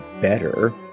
better